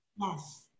yes